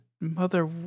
mother